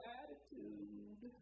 attitude